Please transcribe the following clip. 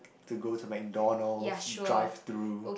to go to McDonald's drive thru